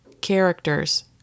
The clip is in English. characters